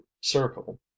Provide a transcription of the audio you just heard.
circle